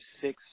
six